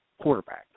quarterback